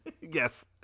Yes